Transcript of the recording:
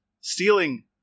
stealing